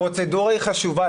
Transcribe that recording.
הפרוצדורה חשובה,